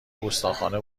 گستاخانه